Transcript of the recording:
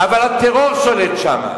אבל הטרור שולט שם.